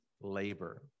labor